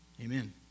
Amen